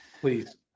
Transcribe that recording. Please